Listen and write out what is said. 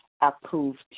approved